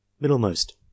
Middlemost